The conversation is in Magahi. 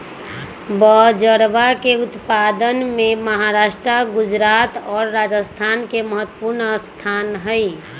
बजरवा के उत्पादन में महाराष्ट्र गुजरात और राजस्थान के महत्वपूर्ण स्थान हई